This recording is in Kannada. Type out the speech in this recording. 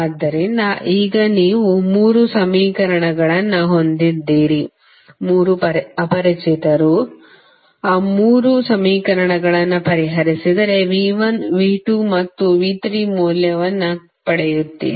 ಆದ್ದರಿಂದ ಈಗ ನೀವು ಮೂರು ಸಮೀಕರಣಗಳನ್ನು ಹೊಂದಿದ್ದೀರಿ ಮೂರು ಅಪರಿಚಿತರು ಆ ಮೂರು ಸಮೀಕರಣಗಳನ್ನು ಪರಿಹರಿಸಿದರೆ V1V2 ಮತ್ತು V3 ಗಳ ಮೌಲ್ಯವನ್ನು ಪಡೆಯುತ್ತೀರಿ